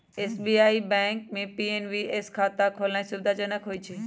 SBI bank में NPS खता खोलेनाइ सुविधाजनक होइ छइ